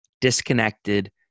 disconnected